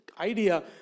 idea